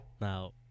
Now